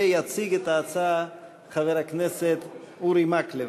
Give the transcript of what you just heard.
ויציג את ההצעה חבר הכנסת אורי מקלב.